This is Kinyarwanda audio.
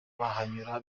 bahanyura